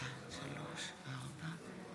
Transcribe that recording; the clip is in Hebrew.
יעבור לוועדה המסדרת לקבלת החלטה.